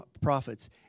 prophets